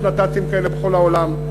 יש נת"צים כאלה בכל העולם,